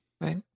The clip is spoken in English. Right